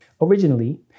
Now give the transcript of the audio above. Originally